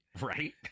Right